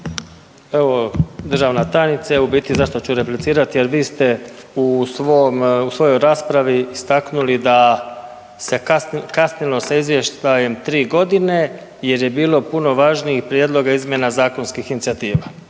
Evo državna tajnice, evo zašto ću replicirati. Vi ste u svojoj raspravi istaknuli da se kasnilo sa izvještajem tri godine jer je bilo puno važnijih prijedloga izmjena zakonskih inicijativa